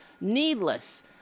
needless